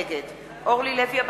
נגד אורלי לוי אבקסיס,